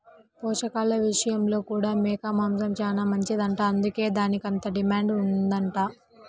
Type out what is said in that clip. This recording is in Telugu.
పోషకాల విషయంలో కూడా మేక మాంసం చానా మంచిదంట, అందుకే దానికంత డిమాండ్ ఉందంట